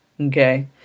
okay